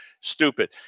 Stupid